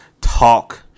Talk